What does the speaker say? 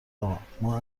اقا، ما